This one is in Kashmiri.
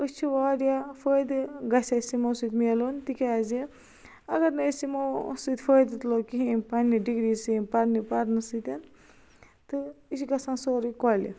أسۍ چھِ واریاہ فٲیدٕ گژھہ اسہِ یِمو سۭتۍ مِیلُن تِکیازِ اگر نہ أسۍ یِمو سۭتۍ فٲیدٕ تُلو کِہٚینہ پنٕنہِ ڈِگری سۭتۍ پنٕنہِ پرنہ سۭتۍ تہ یہ چھُ گژھان سورُے کۄلہِ